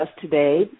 today